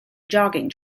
jogging